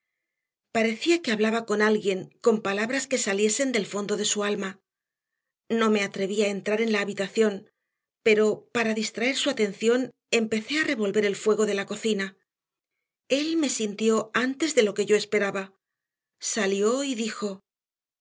parecía que hablaba con alguien con palabras que saliesen del fondo de su alma no me atreví a entrar en la habitación pero para distraer su atención empecé a revolver el fuego de la cocina él me sintió antes de lo que yo esperaba salió y dijo